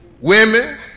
Women